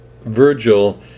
Virgil